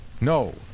No